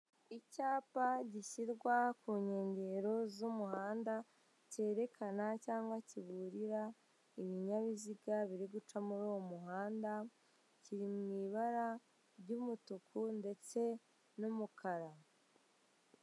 Icyapa gishyira ku nkengero z'umuyhanda cyerekana cyangwa kiburira ibinyabiziga biri guca muri uwo muhanda, kiri mu ibara ry'umutuku ndetse n'umukara.